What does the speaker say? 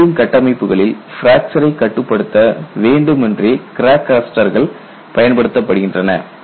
welding கட்டமைப்புகளில் பிராக்சரை கட்டுப்படுத்த வேண்டுமென்றே கிராக் அரெஸ்டர்ஸ்கள் பயன்படுத்தப்படுகின்றன